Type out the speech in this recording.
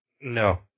No